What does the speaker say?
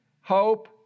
hope